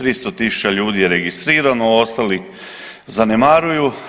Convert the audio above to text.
300.000 ljudi je registrirano, ostali zanemaruju.